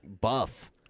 buff